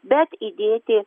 bet įdėti